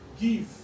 Give